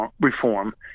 reform